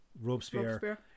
Robespierre